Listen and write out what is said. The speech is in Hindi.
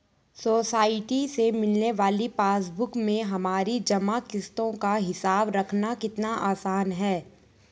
सोसाइटी से मिलने वाली पासबुक में हमारी जमा किश्तों का हिसाब रखना कितना आसान है